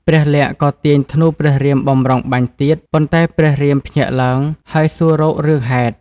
ព្រះលក្សណ៍ ក៏ទាញធ្នូព្រះរាមបម្រុងបាញ់ទៀត ប៉ុន្តែព្រះរាមភ្ញាក់ឡើង ហើយសួររករឿងហេតុ។